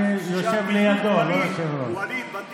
ואני יושב לידו,